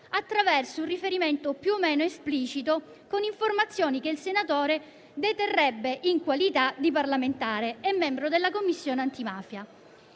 attraverso il riferimento, più o meno esplicito, con informazioni che il senatore deterrebbe in qualità di parlamentare e membro della Commissione antimafia.